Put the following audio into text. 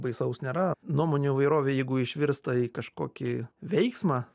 baisaus nėra nuomonių įvairovė jeigu išvirsta į kažkokį veiksmą